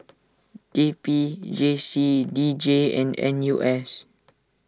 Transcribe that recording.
T P J C D J and N U S